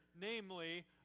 namely